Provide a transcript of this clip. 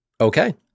Okay